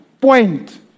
point